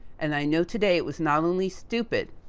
and i know today it was not only stupid,